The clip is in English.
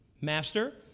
Master